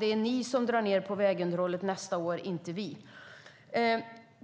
är ni som drar ned på vägunderhållet nästa år och inte vi.